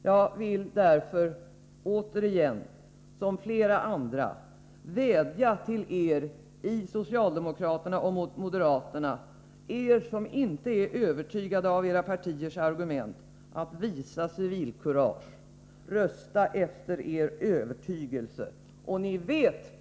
Återigen vädjar jag, i likhet med flera andra, till de socialdemokrater och moderater som inte är övertygade att visa civilkurage. Rösta efter er övertygelse! Mina vänner!